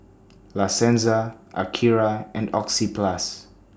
La Senza Akira and Oxyplus